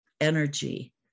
energy